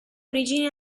origini